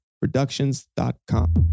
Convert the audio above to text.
Productions.com